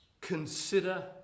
consider